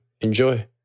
enjoy